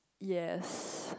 yes